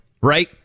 right